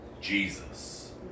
Jesus